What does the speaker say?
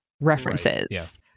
references